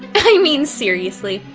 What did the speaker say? i mean seriously,